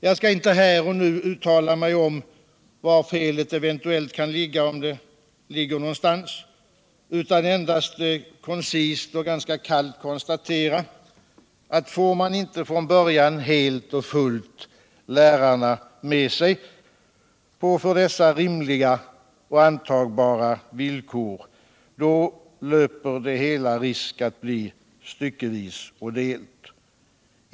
Jag skall inte här och nu uttala mig om var felet eventuellt kan ligga, om det ligger någonstans, utan vill endast koncist och ganska kallt konstatera att får man inte från början helt och fullt lärarna med sig på för dessa rimliga och antagbara villkor, då löper det hela risk att bli styckevis och del.